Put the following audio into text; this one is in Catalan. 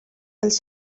dels